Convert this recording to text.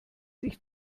sich